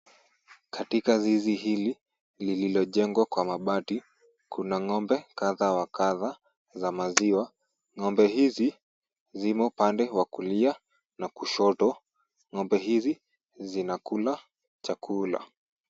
Katika zizi hili lililojengwa kwa mabati kuna ng'ombe kadha wa kadha za maziwa. Ng'ombe hizi zimo upande wa kulia na kushoto. Ng'ombe hizi zinakula chakula.